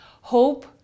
Hope